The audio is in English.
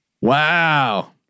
Wow